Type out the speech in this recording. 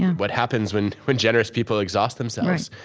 what happens when when generous people exhaust themselves,